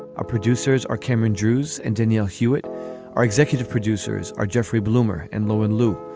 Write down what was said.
our producers are cameron drews and danielle hewett are executive producers are jeffrey bloomer and lowe and lew.